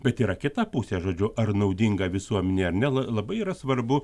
bet yra kita pusė žodžiu ar naudinga visuomenei ar ne labai yra svarbu